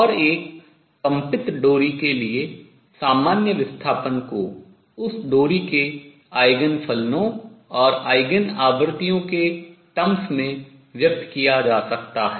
और एक कम्पित डोरी के लिए सामान्य विस्थापन को उस डोरी के आयगेन फलनों और आयगेन आवृत्तियों के terms पदों में व्यक्त किया जा सकता है